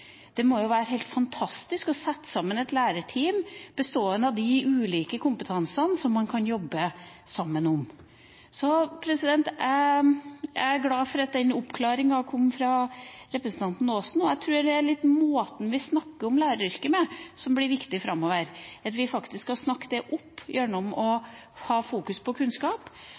Det må være helt fantastisk å sette sammen et lærerteam bestående av ulike kompetanser man kan jobbe sammen om. Jeg er glad for oppklaringen som kom fra representanten Aasen. Jeg tror det er måten vi snakker om læreryrket på, som er viktig framover – at vi faktisk skal snakke det opp gjennom å fokusere på kunnskap